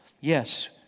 Yes